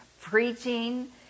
preaching